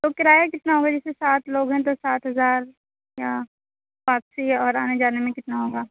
تو کرایہ کتنا جیسے سات لوگ ہیں تو سات ہزار یا واپسی اور آنے جانے میں کتنا ہوگا